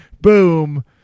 Boom